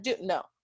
no